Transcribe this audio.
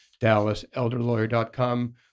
DallasElderLawyer.com